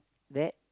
that